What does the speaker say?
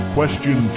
Question